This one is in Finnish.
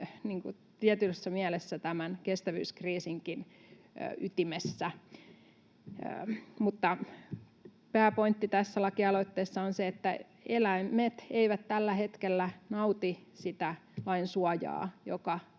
tietyssä mielessä tämän kestävyyskriisinkin ytimessä. Pääpointti tässä lakialoitteessa on se, että eläimet eivät tällä hetkellä nauti sitä lainsuojaa, joka